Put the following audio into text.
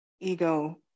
ego